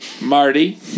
Marty